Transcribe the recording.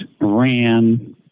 ran